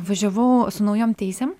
važiavau su naujom teisėm